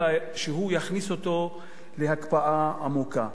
אלא שהוא יכניס אותו להקפאה עמוקה.